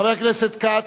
חבר הכנסת כץ,